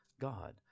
God